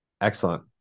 Excellent